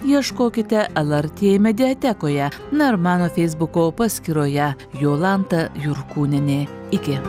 ieškokite lrt mediatekoje na ir mano feisbuko paskyroje jolanta jurkūnienė iki